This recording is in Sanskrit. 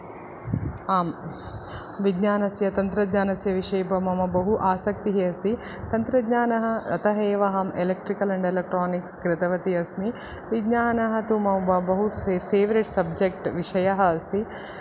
आं विज्ञानस्य तन्त्रज्ञानस्य विषये मम बहु आसक्तिः अस्ति तन्त्रज्ञानम् अतः एव अहम् एलेक्ट्रिकल् अण्ड् एलेक्ट्रोनिक्स् कृतवती अस्मि विज्ञानं तु मम बहु फे़वरेट् सब्जेक्ट् विषयः अस्ति